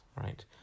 right